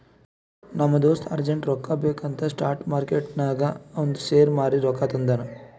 ನಮ್ ದೋಸ್ತ ಅರ್ಜೆಂಟ್ ರೊಕ್ಕಾ ಬೇಕ್ ಅಂತ್ ಸ್ಪಾಟ್ ಮಾರ್ಕೆಟ್ನಾಗ್ ಅವಂದ್ ಶೇರ್ ಮಾರೀ ರೊಕ್ಕಾ ತಂದುನ್